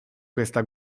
questa